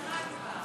זה אחרי ההצבעה.